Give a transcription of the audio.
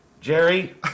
Jerry